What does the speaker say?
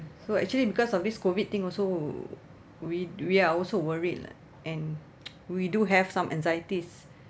so actually because of this COVID thing also we we are also worried lah and we do have some anxieties